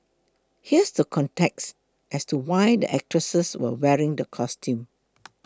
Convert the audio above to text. here's the context as to why the actresses were wearing the costumes